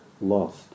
lost